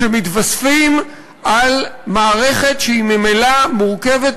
שמתווספים על מערכת שהיא ממילא מורכבת,